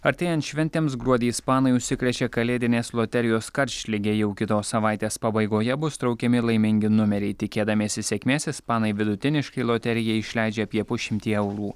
artėjant šventėms gruodį ispanai užsikrečia kalėdinės loterijos karštlige jau kitos savaitės pabaigoje bus traukiami laimingi numeriai tikėdamiesi sėkmės ispanai vidutiniškai loterijai išleidžia apie pusšimtį eurų